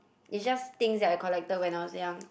it just think that I collector when I was young